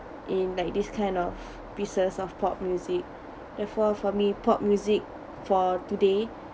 in like this kind of pieces of pop music therefore for me pop music for today